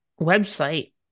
website